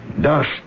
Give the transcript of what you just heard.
Dust